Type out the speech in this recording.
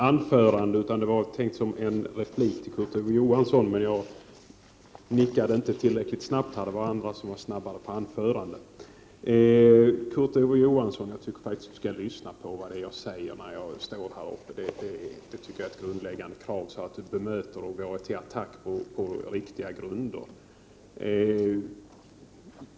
Herr talman! Jag hade egentligen tänkt begära replik med anledning av Kurt Ove Johanssons senaste inlägg, men jag nickade inte tillräckligt snabbt. Jag tycker faktiskt att Kurt Ove Johansson skall lyssna på vad jag säger här i kammaren. Det tycker jag är ett grundläggande krav — så att han bemöter och går till attack på riktiga grunder.